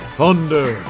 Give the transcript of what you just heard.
Thunder